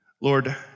Lord